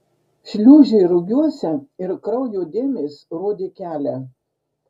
šliūžė rugiuose ir kraujo dėmės rodė kelią